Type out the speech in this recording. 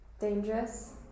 Dangerous